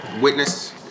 witness